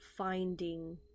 finding